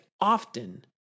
often